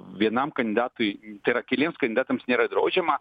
vienam kandidatui tai yra keliems kandidatams nėra draudžiama